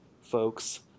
folks